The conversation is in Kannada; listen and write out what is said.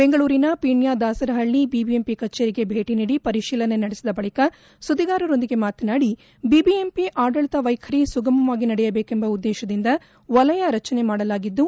ಬೆಂಗಳೂರಿನ ಪೀಣ್ಯ ದಾಸರಹಳ್ಳ ಬಿಬಿಎಂಪಿ ಕಚೇರಿಗೆ ಭೇಟ ನೀಡಿ ಪರಿಶೀಲನೆ ನಡೆಸಿದ ಬಳಿಕ ಸುದ್ದಿಗಾರರೊಂದಿಗೆ ಮಾತನಾಡಿ ಬಿಬಿಎಂಪಿ ಆಡಳಿತ ವೈಖರಿ ಸುಗಮವಾಗಿ ನಡೆಯಬೇಕೆಂಬ ಉದ್ದೇಶದಿಂದ ವಲಯ ರಚನೆ ಮಾಡಲಾಗಿದ್ದು